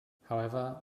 however